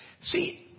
See